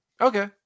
Okay